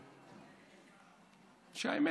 האמת,